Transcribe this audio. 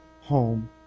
home